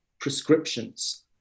prescriptions